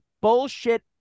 bullshit